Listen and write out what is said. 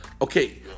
Okay